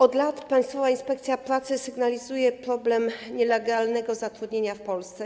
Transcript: Od lat Państwowa Inspekcja Pracy sygnalizuje problem nielegalnego zatrudnienia w Polsce.